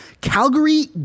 Calgary